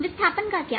विस्थापन का क्या